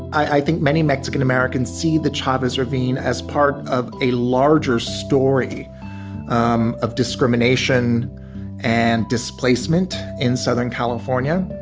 i think many mexican americans see the chavez ravine as part of a larger story um of discrimination and displacement in southern california.